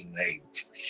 tonight